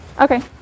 okay